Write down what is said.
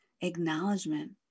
acknowledgement